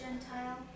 Gentile